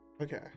Okay